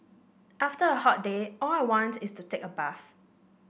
after a hot day all I want is to take a bath